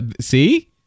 See